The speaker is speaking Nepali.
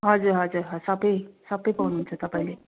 हजुर हजुर हजुर सब सब पाउनु हुन्छ तपाईँले